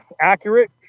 accurate